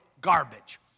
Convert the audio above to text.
garbage